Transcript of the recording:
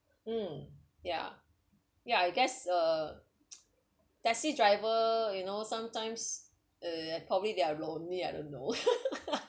mm yeah yeah I guess uh taxi driver you know sometimes uh probably they're lonely I don't know